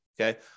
Okay